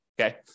Okay